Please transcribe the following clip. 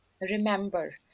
remember